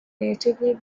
natively